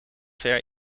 ver